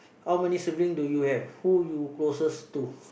how many sibling do you have who you closet to